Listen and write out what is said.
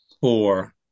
Four